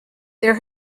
there